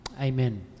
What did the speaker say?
Amen